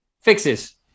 fixes